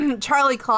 Charlie